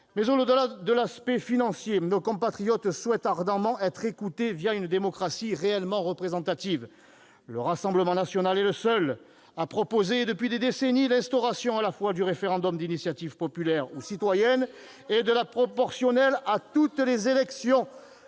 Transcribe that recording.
Mais, au-delà de l'aspect financier, nos compatriotes souhaitent ardemment être écoutés une démocratie réellement représentative. Le Rassemblement national est le seul à proposer, depuis des décennies, l'instauration à la fois du référendum d'initiative populaire ou citoyenne ... Mais il ne veut pas augmenter